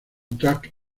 track